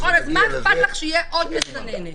אז מה אכפת לך שתהיה עוד מסננת?